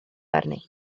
arni